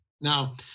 Now